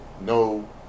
no